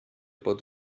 about